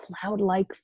cloud-like